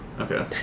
Okay